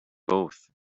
both